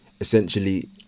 essentially